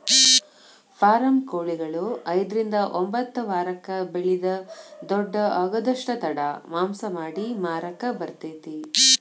form ಕೊಳಿಗಳು ಐದ್ರಿಂದ ಒಂಬತ್ತ ವಾರಕ್ಕ ಬೆಳಿದ ದೊಡ್ಡು ಆಗುದಷ್ಟ ತಡ ಮಾಂಸ ಮಾಡಿ ಮಾರಾಕ ಬರತೇತಿ